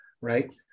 right